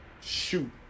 shoot